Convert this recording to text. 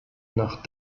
nach